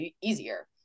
easier